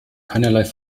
keinerlei